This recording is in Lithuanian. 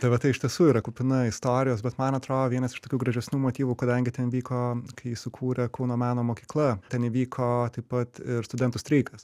ta vieta iš tiesų yra kupina istorijos bet man atrodo vienas iš tokių gražesnių motyvų kadangi ten vyko kai įsikūrė kauno meno mokykla ten įvyko taip pat ir studentų streikas